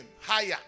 higher